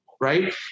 right